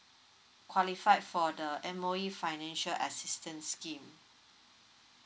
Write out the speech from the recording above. qualified for the M_O_E financial assistance scheme